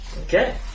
Okay